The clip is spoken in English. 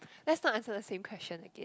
let's not answer the same question again